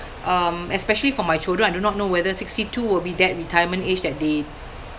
um especially for my children I do not know whether sixty two will be that retirement age that they